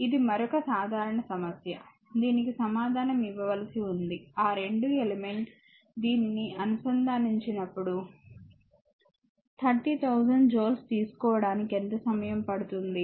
ఇది మరొక సాధారణ సమస్య దీనికి సమాధానం ఇవ్వవలసి ఉంది ఆ 2 ఎలిమెంట్ దీనికి అనుసంధానించబడినప్పుడు 30000 జూల్స్ తీసుకోవడానికి ఎంత సమయం పడుతుంది